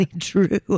true